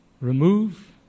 Remove